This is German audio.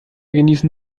genießen